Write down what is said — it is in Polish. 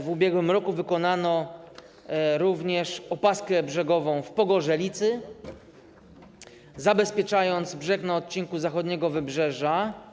W ubiegłym roku wykonano również opaskę brzegową w Pogorzelicy, zabezpieczającą brzeg na odcinku zachodniego wybrzeża.